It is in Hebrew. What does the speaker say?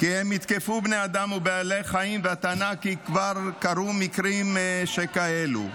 חברי הכנסת, תקשיבו לחברנו.